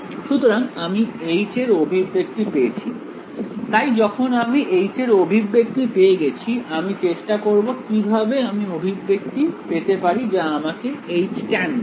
সুতরাং আমি এর অভিব্যক্তি পেয়েছি তাই যখন আমি এর অভিব্যক্তি পেয়ে গেছি আমি চেষ্টা করব কিভাবে আমি অভিব্যক্তি পেতে পারি যা আমাকে tan দেবে